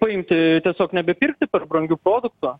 paimti tiesiog nebepirkti per brangių produktų